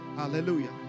Hallelujah